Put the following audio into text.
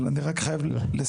אבל אני רק חייב לסיים,